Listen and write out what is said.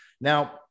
Now